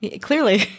Clearly